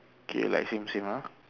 okay like same same ah